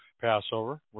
Passover